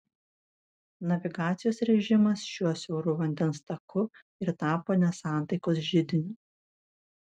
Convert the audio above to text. navigacijos režimas šiuo siauru vandens taku ir tapo nesantaikos židiniu